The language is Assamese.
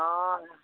অঁ